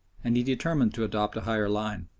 and he determined to adopt a higher line.